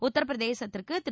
உத்தரபிரதேசத்திற்கு திரு